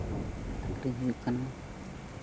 ᱟᱹᱠᱷᱨᱤᱧ ᱦᱩᱭᱩᱜ ᱠᱟᱱᱟ